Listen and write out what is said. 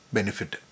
Benefit